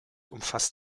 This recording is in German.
umfasst